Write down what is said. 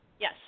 Yes